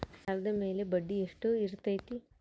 ಸಾಲದ ಮೇಲಿನ ಬಡ್ಡಿ ಎಷ್ಟು ಇರ್ತೈತೆ?